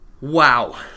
Wow